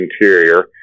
interior